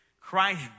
Christ